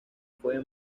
fue